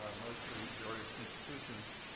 ah mostly various institutions,